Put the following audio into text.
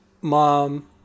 mom